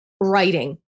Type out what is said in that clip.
writing